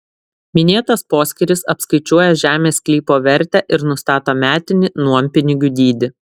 minėtas poskyris apskaičiuoja žemės sklypo vertę ir nustato metinį nuompinigių dydį